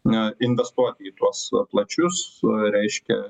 nu investuoti į tuos plačius reiškia